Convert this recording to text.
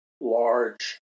large